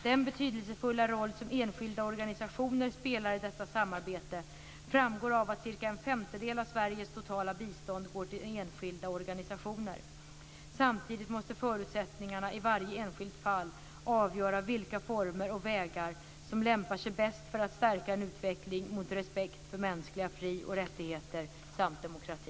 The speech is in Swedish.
Den betydelsefulla roll som enskilda organisationer spelar i detta samarbete framgår av att cirka en femtedel av Sveriges totala bistånd går till enskilda organisationer. Samtidigt måste förutsättningarna i varje enskilt fall avgöra vilka former och vägar som lämpar sig bäst för att stärka en utveckling mot respekt för mänskliga fri och rättigheter samt demokrati.